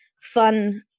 fun